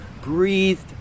breathed